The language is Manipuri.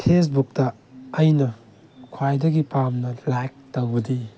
ꯐꯦꯁꯕꯨꯛꯇ ꯑꯩꯅ ꯈ꯭ꯋꯥꯏꯗꯒꯤ ꯄꯥꯝ ꯂꯥꯏꯛ ꯇꯧꯕꯗꯤ